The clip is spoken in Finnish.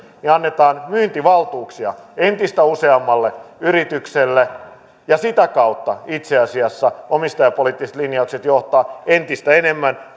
niin annetaan myyntivaltuuksia entistä useammalle yritykselle ja sitä kautta itse asiassa omistajapoliittiset linjaukset johtavat entistä enemmän